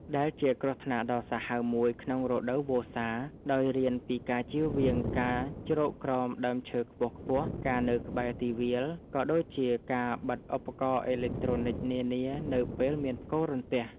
ដែលជាគ្រោះថ្នាក់ដ៏សាហាវមួយក្នុងរដូវវស្សា ដោយរៀនពីការចៀសវាងការជ្រកក្រោមដើមឈើខ្ពស់ៗ ការនៅក្បែរទីវាល ក៏ដូចជាការបិទឧបករណ៍អេឡិចត្រូនិចនានានៅពេលមានផ្គររន្ទះ។